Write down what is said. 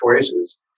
choices